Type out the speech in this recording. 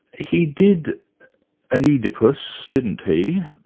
he did an oedipus, didn't he?